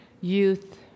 youth